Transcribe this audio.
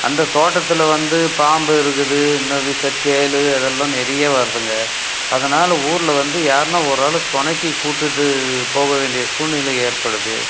அந்த தோட்டத்தில் வந்து பாம்பு இருக்குது இந்த விஷ தேள் அதெல்லாம் நிறைய வருதுங்க அதனால் ஊரில் வந்து யார்னால் ஒரு ஆள் துணைக்கு கூட்டுகிட்டு போக வேண்டிய சூழ்நிலை ஏற்படுது